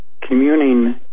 communing